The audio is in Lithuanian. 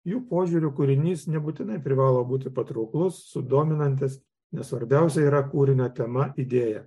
jų požiūriu kūrinys nebūtinai privalo būti patrauklus sudominantis nes svarbiausia yra kūrinio tema idėja